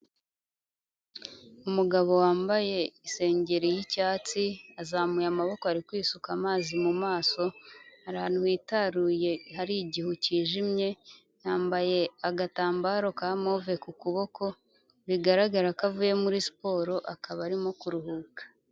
Umugabo wambaye isengeri y'icyatsi, azamuye amaboko ari kwisuka amazi mu maso, ari ahantu hitaruye hari igihu kijimye, yambaye agatambaro ka move ku kuboko, bigaragara ko avuye muri siporo akaba arimo kuruhuka.